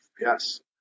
Yes